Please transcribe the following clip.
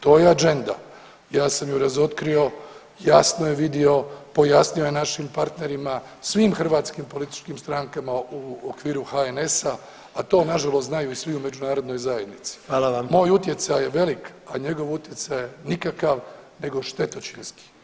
To je agenda, ja sam je razotkrio, jasno je vidio, pojasnio je našim partnerima, svim hrvatskim političkim strankama u okviru HNS-a a to na žalost znaju i svi u međunarodnoj zajednici [[Upadica predsjednik: Hvala vam.]] Moj utjecaj je velik, a njegov utjecaj je nikakav nego štetočinski.